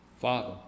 Father